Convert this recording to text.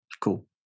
Cool